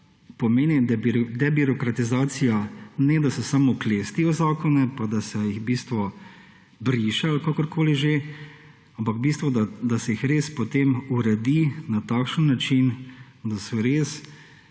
debirokratizacija pomeni, ne da se samo klesti zakone pa da se jih v bistvu briše ali kakorkoli že, ampak da se jih res potem uredi na takšen način, da so res